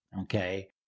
okay